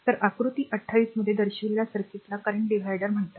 तर आकृती 28 मध्ये दर्शविलेल्या सर्किटला करंट dividerविभाजक म्हणतात